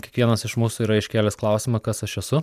kiekvienas iš mūsų yra iškėlęs klausimą kas aš esu